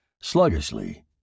Sluggishly